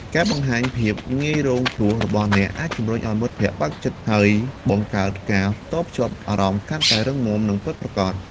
ការបង្ហាញភាពងាយរងគ្រោះរបស់អ្នក អាចជំរុញឱ្យមិត្តភក្តិបើកចិត្ត ហើយបង្កើតការតភ្ជាប់អារម្មណ៍កាន់តែរឹងមាំ និងពិតប្រាកដ។